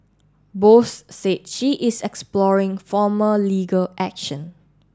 Bose said she is exploring formal legal action